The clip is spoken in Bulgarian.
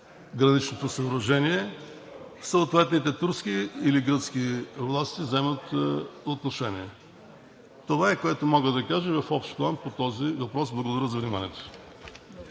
граничното съоръжение, съответните турски или гръцки власти вземат отношение. Това е, което мога да кажа в общ план по този въпрос. Благодаря за вниманието.